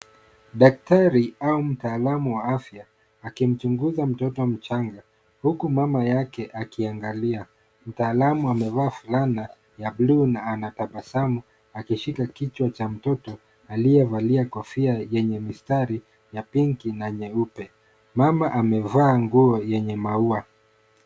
Daktari au mtaalamu wa afya akimchunguza mtoto mchanga huku mama yake akiangalia. Mtaalamu amevaa fulana ya bluu na anatabasamu akishika kichwa cha mtoto aliyevalia kofia yenye mistari ya pinki na nyeupe. Mama amevaa nguo yenye maua.